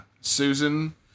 Susan